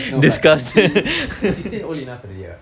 no but he sixteen old enough already [what]